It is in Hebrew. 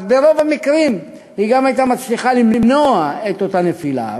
אז ברוב המקרים היא גם הייתה מצליחה למנוע את אותה נפילה.